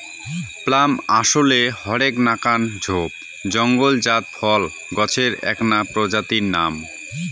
plum আশলে হরেক নাকান ঝোপ জঙলজাত ফল গছের এ্যাকনা প্রজাতির নাম